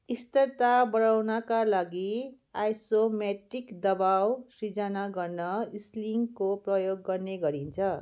स्थरता बढाउनका लागि आइसोमेट्रिक दबाव सिर्जना गर्न इस्लिङको प्रयोग गर्ने गरिन्छ